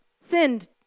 Sinned